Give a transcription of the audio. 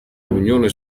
unione